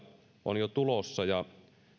on jo tulossa ja